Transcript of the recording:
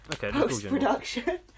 post-production